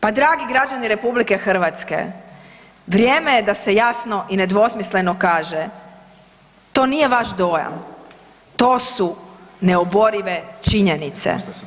Pa dragi građani RH, vrijeme je da se jasno i nedvosmisleno kaže to nije vaš dojam, to su neoborive činjenice.